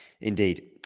Indeed